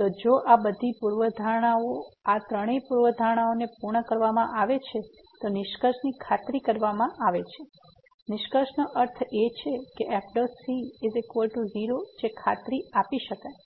તો જો આ બધી પૂર્વધારણાઓ આ ત્રણેય પૂર્વધારણાઓને પૂર્ણ કરવામાં આવે છે તો નિષ્કર્ષની ખાતરી આપવામાં આવે છે નિષ્કર્ષનો અર્થ એ છે કે fc0 જે ખાતરી આપી શકાય